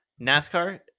NASCAR